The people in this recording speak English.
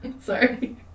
Sorry